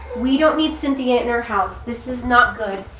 we don't need cynthia in our house. this is not good.